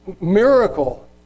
miracle